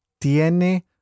tiene